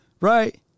right